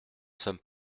sommes